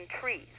trees